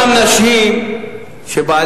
הזעקה הזאת כבר נמשכת כמה וכמה